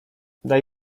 daj